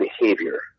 behavior